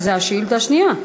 זו השאילתה השנייה?